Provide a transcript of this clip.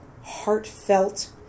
heartfelt